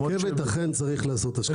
ברכבת אכן צריך לעשות השקעות.